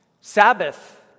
Sabbath